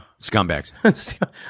scumbags